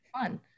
Fun